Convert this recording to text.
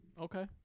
Okay